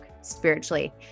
spiritually